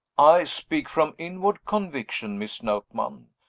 i speak from inward conviction, miss notman.